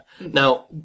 Now